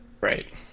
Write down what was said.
Right